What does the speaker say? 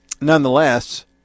nonetheless